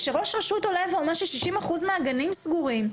כשראש רשות עולה ואומר ש-60 אחוז מהגנים סגורים,